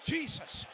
Jesus